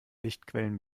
lichtquellen